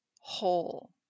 whole